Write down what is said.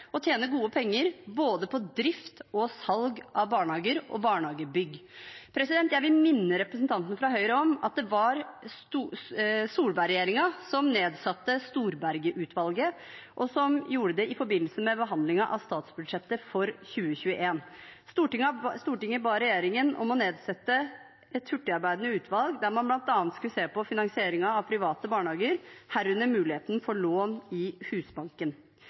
tjene gode penger på både drift og salg av barnehager og barnehagebygg. Jeg vil minne representanten fra Høyre om at det var Solberg-regjeringen som nedsatte Storberget-utvalget i forbindelse med behandlingen av statsbudsjettet for 2021. Stortinget ba regjeringen om å nedsette et hurtigarbeidende utvalg, der man bl.a. skulle se på finansieringen av private barnehager, herunder muligheten for lån i Husbanken.